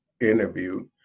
interview